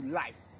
life